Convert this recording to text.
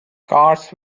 cars